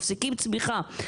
מפסיקים צמיחה.